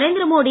Narendra Modi